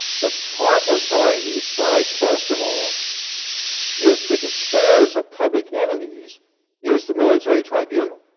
the proper authority to decide first of all if the conspirators are public enemies is the military tribunal.